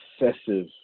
obsessive